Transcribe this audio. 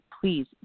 please